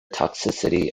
toxicity